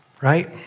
right